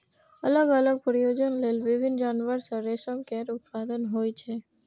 अलग अलग प्रयोजन लेल विभिन्न जानवर सं रेशम केर उत्पादन होइ छै